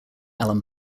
allan